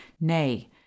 nay